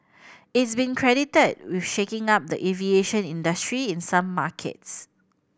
is been credited with shaking up the aviation industry in some markets